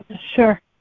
Sure